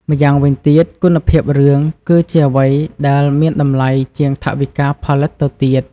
ម្យ៉ាងវិញទៀត គុណភាពរឿង គឺជាអ្វីដែលមានតម្លៃជាងថវិកាផលិតទៅទៀត។